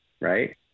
right